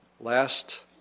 last